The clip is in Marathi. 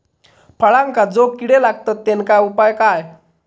फळांका जो किडे लागतत तेनका उपाय काय?